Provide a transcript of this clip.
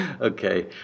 Okay